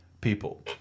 people